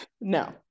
no